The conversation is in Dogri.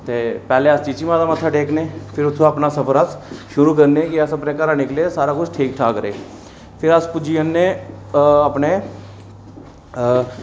ते पैह्लें अस चीची माता मत्था टेकने फिर उत्थूं अपना सफर अस शुरू करने के अस अपने घरूं निकले सारा किश ठीक ठाक रेह् फिर अस पुज्जी जन्ने अपने